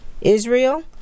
Israel